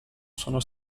sono